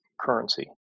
currency